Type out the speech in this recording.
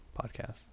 podcast